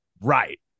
Right